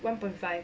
one point five